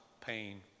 pain